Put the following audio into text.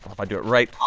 if i do it right,